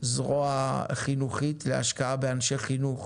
זרוע חינוכית להשקעה באנשי חינוך